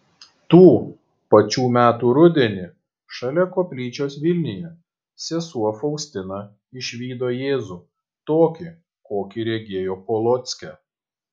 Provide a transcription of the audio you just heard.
tų pačių metų rudenį šalia koplyčios vilniuje sesuo faustina išvydo jėzų tokį kokį regėjo polocke